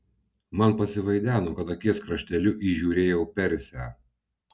man pasivaideno kad akies krašteliu įžiūrėjau persę